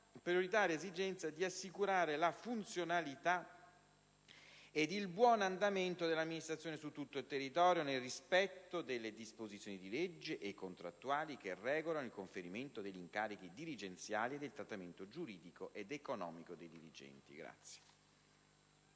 prioritaria esigenza di assicurare la funzionalità ed il buon andamento dell'amministrazione su tutto il territorio, nel rispetto delle disposizioni di legge e contrattuali che regolano il conferimento degli incarichi dirigenziali ed il trattamento giuridico ed economico dei dirigenti.